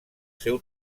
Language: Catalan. seu